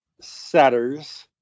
setters